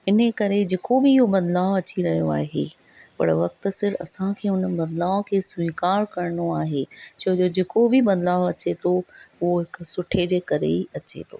इन करे जेको बि इहो बदलाउ अची रहियो आहे पर वक़्तु सिरु असांखे उन बदलाव खे स्वीकार करणो आहे छो जो जेको बि बदलाउ अचे थो उहो हिक सुठे जे करे ई अचे थो